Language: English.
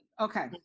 Okay